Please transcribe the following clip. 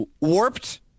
warped